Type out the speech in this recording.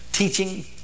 teaching